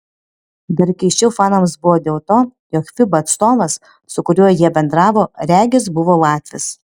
dar keisčiau fanams buvo dėl to jog fiba atstovas su kuriuo jie bendravo regis buvo latvis